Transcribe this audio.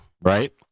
right